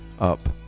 up